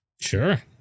Sure